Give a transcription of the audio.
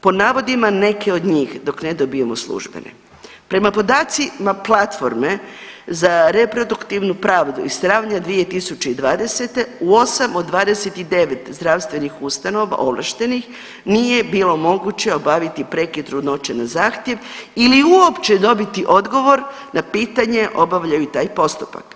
Po navodima nekih od njih dok ne dobijemo službene, prema podacima platforme za reproduktivnu pravdu iz travnja 2020. u 8 od 29 zdravstvenih ustanova ovlaštenih nije bilo moguće obaviti prekid trudnoće na zahtjev ili uopće dobiti odgovor na pitanje obavljaju li taj postupak.